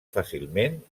fàcilment